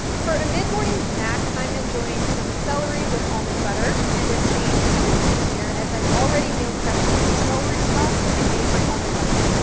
for a mid-morning snack, i'm enjoying some celery with almond butter and it's made even easier, as i've already meal prepped my celery stalks and made my almond butter.